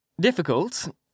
difficult